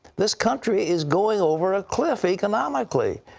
this country is going over a cliff economically.